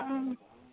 आं